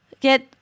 get